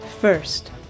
First